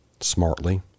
Smartly